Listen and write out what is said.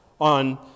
on